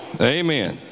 Amen